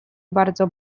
bardzo